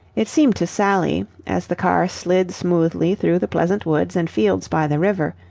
it seemed to sally, as the car slid smoothly through the pleasant woods and fields by the river,